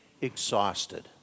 exhausted